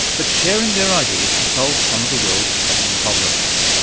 but sharing their ideas to solve some of the world's pressing problems.